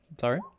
Sorry